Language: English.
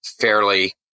fairly